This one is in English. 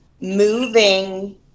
moving